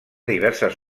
diverses